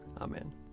Amen